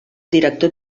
director